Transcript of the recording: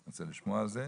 אני רוצה לשמוע על זה.